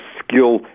skill